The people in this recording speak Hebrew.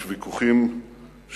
יש ויכוחים שנמשכים.